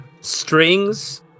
strings